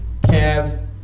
Cavs